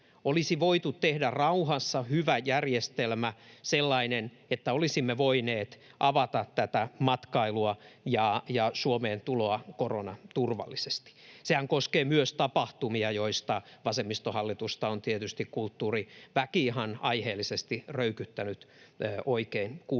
Olisi voitu tehdä rauhassa hyvä järjestelmä, sellainen, että olisimme voineet avata tätä matkailua ja Suomeen tuloa koronaturvallisesti. Sehän koskee myös tapahtumia, joista vasemmistohallitusta on tietysti kulttuuriväki ihan aiheellisesti röykyttänyt oikein kunnolla.